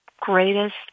greatest